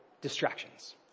distractions